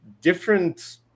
different